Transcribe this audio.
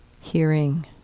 Hearing